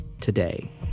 today